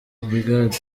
brig